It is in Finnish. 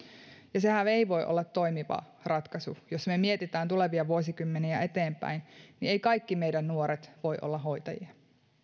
ja sehän ei voi olla toimiva ratkaisu jos me mietimme tulevia vuosikymmeniä eteenpäin niin eivät kaikki meidän nuoret voi olla hoitajia